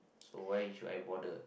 so why should I bother